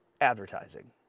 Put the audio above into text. advertising